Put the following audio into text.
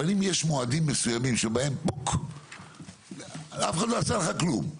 אבל יש מועדים מסוימים שבהם אף אחד לא עשה לך כלום,